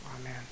amen